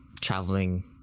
traveling